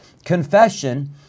Confession